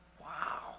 Wow